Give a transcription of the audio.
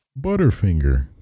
Butterfinger